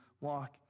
walk